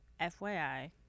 fyi